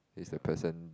he's the person